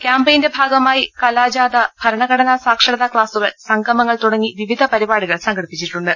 ക്യാംപയിന്റെ ഭാഗമായി കലാജാഥ ഭരണഘടനാ സാക്ഷരതാ ക്ലാസുകൾ സംഗമങ്ങൾ തുടങ്ങി വിവിധ പരിപാടികൾ സംഘ ടിപ്പിച്ചിട്ടുണ്ട്